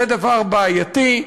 זה דבר בעייתי,